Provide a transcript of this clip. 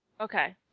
Okay